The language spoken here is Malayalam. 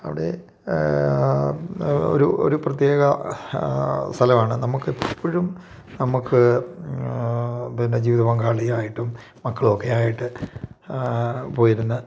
അവിടെ ഒരു ഒരു പ്രത്യേക സ്ഥലമാണ് നമുക്ക് എപ്പോഴും നമുക്ക് പിന്നെ ജീവിത പങ്കാളിയായിട്ടും മക്കളൊക്കെയായിട്ട് പോയിരുന്ന്